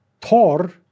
Thor